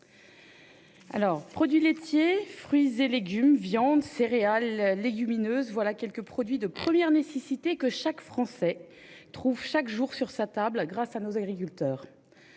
Produits laitiers, fruits et légumes, viande, céréales et légumineuses, voilà quelques produits de première nécessité que chaque Français trouve chaque jour sur sa table grâce à nos agriculteurs,